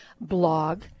blog